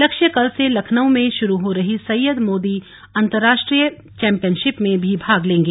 लक्ष्य कल से लखनऊ में शुरू हो रही सैय्यद मोदी अंतरराष्ट्रीय चैंपियनशिप में भी भाग लेंगे